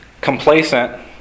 Complacent